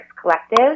collective